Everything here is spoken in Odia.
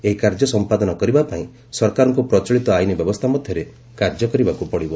ଏହି କାର୍ଯ୍ୟ ସମ୍ପାଦନ କରିବାପାଇଁ ସରକାରଙ୍କୁ ପ୍ରଚଳିତ ଆଇନ ବ୍ୟବସ୍ଥା ମଧ୍ୟରେ କାର୍ଯ୍ୟ କରିବାକୁ ପଡ଼ିବ